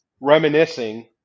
reminiscing